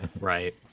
Right